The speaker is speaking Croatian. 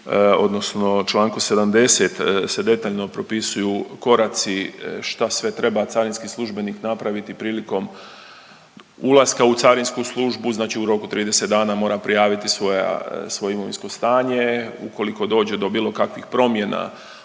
odnosno Članku 70. se detaljno propisuju koraci šta sve treba carinski službenik napraviti prilikom ulaska u carinsku službu. Znači u roku 30 dana mora prijaviti svoja, svoje imovinsko stanje. Ukoliko dođe do bilo kakvih promjena